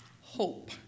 hope